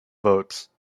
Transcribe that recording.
votes